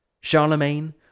Charlemagne